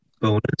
Bonus